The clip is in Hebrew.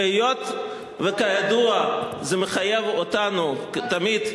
והיות שכידוע זה מחייב אותנו תמיד,